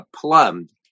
plumbed